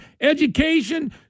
education